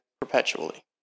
perpetually